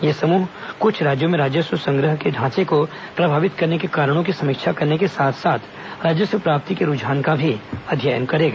यह समूह कुछ राज्यों में राजस्व संग्रह के ढांचे को प्रभावित करने के कारणों की समीक्षा करने के साथ साथ राजस्व प्राप्ति के रुझान का भी अध्ययन करेगा